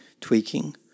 tweaking